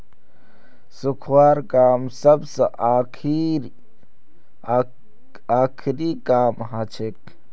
सुखव्वार काम सबस आखरी काम हछेक